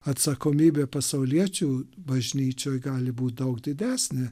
atsakomybė pasauliečių bažnyčioj gali būt daug didesnė